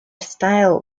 style